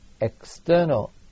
external